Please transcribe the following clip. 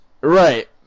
Right